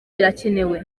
birakenewe